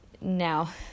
now